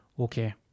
Okay